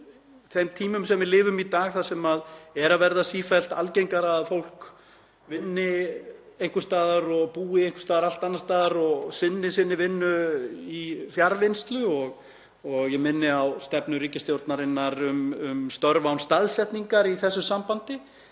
þeim tímum sem við lifum í dag þar sem er að verða sífellt algengara að fólk vinni einhvers staðar og búi einhvers staðar allt annars staðar og sinni vinnu sinni í fjarvinnu. Ég minni á stefnu ríkisstjórnarinnar um störf án staðsetningar í þessu sambandi.